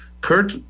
Kurt